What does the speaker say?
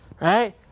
right